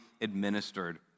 administered